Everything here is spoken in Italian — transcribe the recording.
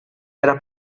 era